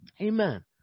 Amen